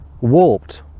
warped